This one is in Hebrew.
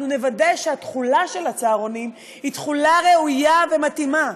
אנחנו נוודא שהתכולה של הצהרונים היא תכולה ראויה ומתאימה.